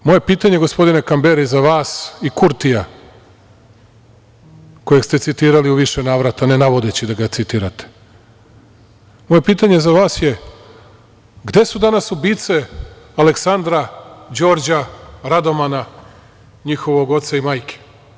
Moje pitanje, gospodine Kamberi, za vas i Kurtija, kojeg ste citirali u više navrata, ne navodeći da ga citirate, moje pitanje za vas je gde su danas ubice Aleksandra, Đorđa, Radomana, njihovog oca i majke?